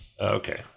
Okay